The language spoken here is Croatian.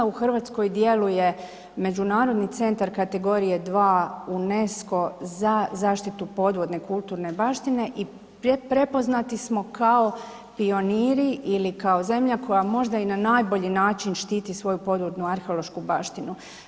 U RH djeluje Međunarodni centar kategorije 2 UNESCO za zaštitu podvodne kulturne baštine i prepoznati smo kao pioniri ili kao zemlja koja možda i na najbolji način štiti svoju podvodnu arheološku baštinu.